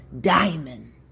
diamond